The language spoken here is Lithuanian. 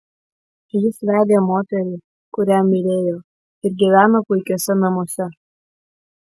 jis vedė moterį kurią mylėjo ir gyveno puikiuose namuose